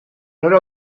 nor